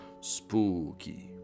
Spooky